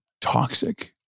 toxic